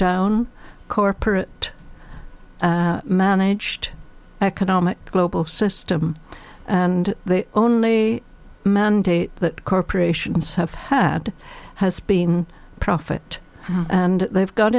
down corporate managed economic global system and the only mandate that corporations have had has been profit and they've got